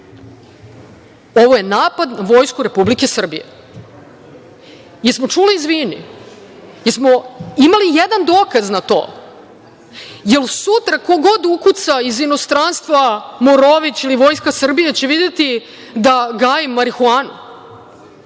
Ovo je napad na Vojsku Republike Srbije. Jesmo li čuli „izvini“? Jesmo li imali jedan dokaz na to? Da li sutra ko god ukuca iz inostranstva „Morović“ ili „Vojska Srbije“ će videti da gaje marihuanu?